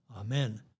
Amen